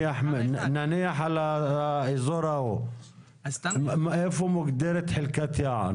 נניח על האזור ההוא, מאיפה מוגדרת חלקת יער?